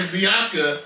Bianca